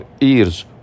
ears